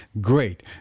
great